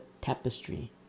tapestry